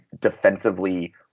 defensively